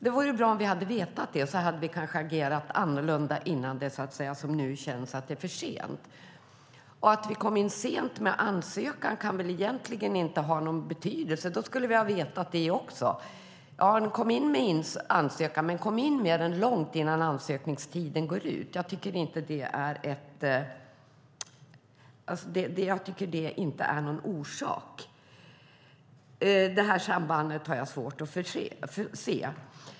Det hade varit bra om vi hade vetat det - då hade vi kanske agerat annorlunda innan det var för sent, som det nu känns som om det är. Att vi kom in sent med ansökan kan väl egentligen inte ha någon betydelse. Då skulle ni ha meddelat det också: Kom in med ansökan, men kom in med den långt innan ansökningstiden går ut. Jag tycker inte att det är någon orsak. Det sambandet har jag svårt att se.